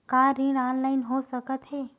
का ऋण ऑनलाइन हो सकत हे?